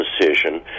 decision